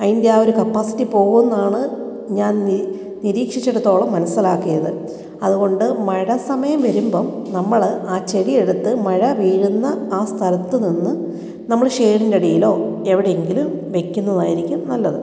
അതിൻ്റെ ആ ഒരു കപ്പാസിറ്റി പോവുന്നാണ് ഞാൻ നി നിരീക്ഷിച്ചിടത്തോളം മനസ്സിലാക്കിയത് അതുകൊണ്ട് മഴ സമയം വരുമ്പം നമ്മൾ ആ ചെടി എടുത്ത് മഴ വീഴുന്ന ആ സ്ഥലത്ത് നിന്ന് നമ്മൾ ഷേഡിൻ്റെ അടിയിലോ എവിടെയെങ്കിലും വെക്കുന്നതായിരിക്കും നല്ലത്